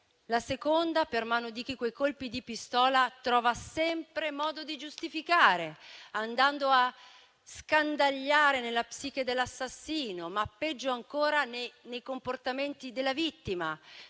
la seconda per mano di chi quei colpi di pistola trova sempre modo di giustificare, andando a scandagliare nella psiche dell'assassino o, ma, peggio ancora, nei comportamenti della vittima.